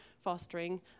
fostering